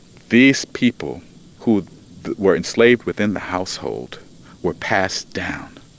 these people who were enslaved within the household were passed down